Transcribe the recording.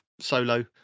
solo